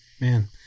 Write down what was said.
man